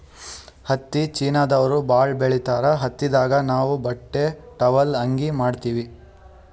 ಹತ್ತಿ ಚೀನಾದವ್ರು ಭಾಳ್ ಬೆಳಿತಾರ್ ಹತ್ತಿದಾಗ್ ನಾವ್ ಬಟ್ಟಿ ಟಾವೆಲ್ ಅಂಗಿ ಮಾಡತ್ತಿವಿ